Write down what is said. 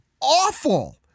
awful